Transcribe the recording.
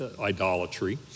idolatry